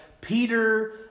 Peter